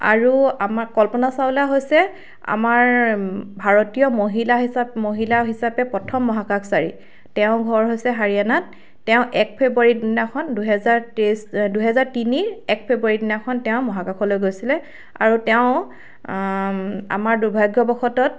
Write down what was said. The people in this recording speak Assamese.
আৰু আমাৰ কল্পনা চাউলা হৈছে আমাৰ ভাৰতীয় মহিলা হিচা মহিলা হিচাপে প্ৰথম মহাকাশচাৰী তেওঁ ঘৰ হৈছে হাৰিয়ানাত তেওঁ এক ফেব্ৰুৱাৰী দিনাখন দুহেজাৰ তেইছ দুহেজাৰ তিনিৰ এক ফেব্ৰুৱাৰী দিনাখন তেওঁ মহাকাশলৈ গৈছিলে আৰু তেওঁ আমাৰ দুৰ্ভাগ্যৱশতত